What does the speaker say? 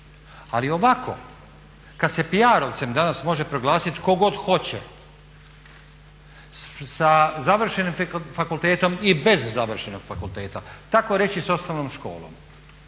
Ali ovako kad se PR-ovcem danas može proglasiti tko god hoće sa završenim fakultetom i bez završenog fakulteta takoreći s osnovnom školom.